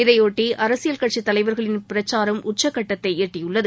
இதைபொட்டி அரசியல் கட்சித் தலைவர்களின் பிரச்சாரம் உச்சக்கட்டத்தை எட்டியுள்ளது